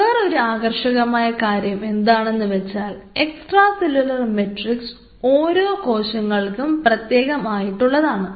വേറൊരു ഒരു ആകർഷകമായ കാര്യം എന്താണെന്ന് വെച്ചാൽ എക്സ്ട്രാ സെല്ലുലാർ മെട്രിക്സ് ഓരോ കോശങ്ങൾക്കും പ്രത്യേകം ആയിട്ടുള്ളതാണ്